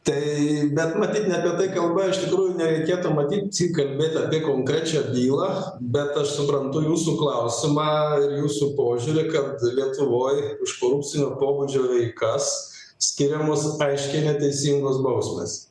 tai bet matyt ne apie tai kalba iš tikrųjų nereikėtų matyt kalbėt apie konkrečią bylą bet aš suprantu jūsų klausimą ir jūsų požiūrį kad lietuvoj už korupcinio pobūdžio veikas skiriamos aiškiai neteisingos bausmės